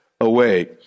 away